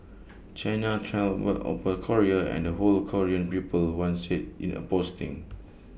China trampled upon Korea and the whole Korean people one said in A posting